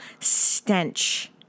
stench